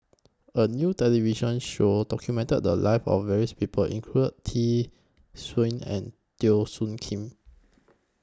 A New television Show documented The Lives of various People include Tee Suan and Teo Soon Kim